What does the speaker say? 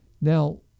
Now